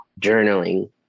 journaling